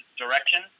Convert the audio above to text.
direction